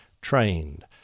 trained